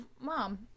Mom